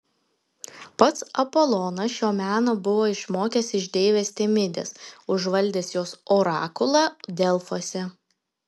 pats apolonas šio meno buvo išmokęs iš deivės temidės užvaldęs jos orakulą delfuose